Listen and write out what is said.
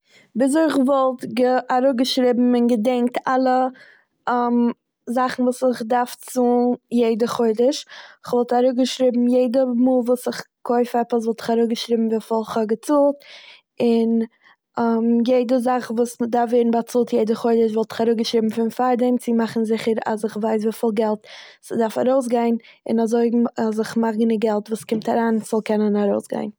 וויזוי כ'וואלט גע- אראפגעשריבן און געדענקט אלע זאכן וואס איך דארף צאלן יעדע חודש. כ'וואלט אראפגעשריבן יעדע מאל וואס איך קויף עפעס וואלט איך אראפגעשריבן וויפיל איך האב געצאלט, און יעדע זאך וואס מ'דארף ווערן באצאלט יעדע חודש וואלט איך אראפגעשריבן פון פארדעם צו מאכן זיכער אז איך ווייס וויפיל געלט ס'דארף ארויסגיין, און אזוי מ- אז איך מאך גענוג געלט- ס'קומט אריין אז ס'זאל קענען ארויסגיין.